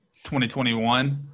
2021